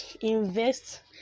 Invest